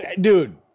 dude